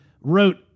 wrote